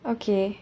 okay